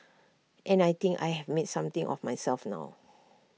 and I think I have made something of myself now